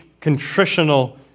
contritional